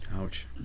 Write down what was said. Ouch